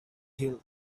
hill